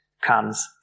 comes